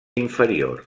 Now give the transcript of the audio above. inferior